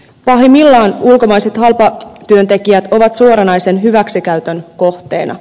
pahimmillaan ulkomaiset halpatyöntekijät ovat suoranaisen hyväksikäytön kohteina